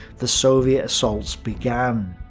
the soviet assaults began.